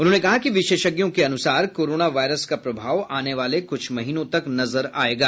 उन्होंने कहा कि विशेषज्ञों के अनुसार कोरोना वायरस का प्रभाव आने वाले कुछ महीनों तक नजर आएगा